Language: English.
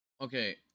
Okay